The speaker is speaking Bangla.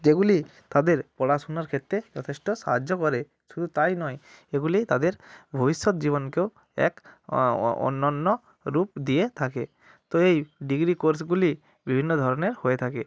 যেগুলি তাদের পড়াশুনার ক্ষেত্রে যথেষ্ট সাহায্য করে শুধু তাই নয় এগুলি তাদের ভবিষ্যৎ জীবনকেও এক অন্যান্য রূপ দিয়ে থাকে তো এই ডিগ্রি কোর্সগুলি বিভিন্ন ধরনের হয়ে থাকে